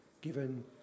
given